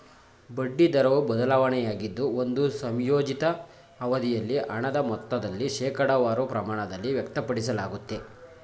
ಬಡ್ಡಿ ದರವು ಬದಲಾವಣೆಯಾಗಿದ್ದು ಒಂದು ಸಂಯೋಜಿತ ಅವಧಿಯಲ್ಲಿ ಹಣದ ಮೊತ್ತದಲ್ಲಿ ಶೇಕಡವಾರು ಪ್ರಮಾಣದಲ್ಲಿ ವ್ಯಕ್ತಪಡಿಸಲಾಗುತ್ತೆ